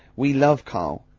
we love karl.